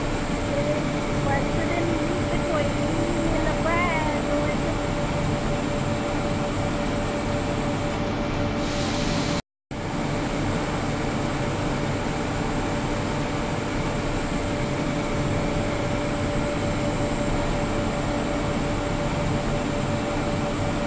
ते पर्स मिगी ते कोई बी निं लब्भा ऐ आटो बिच्च